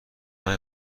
های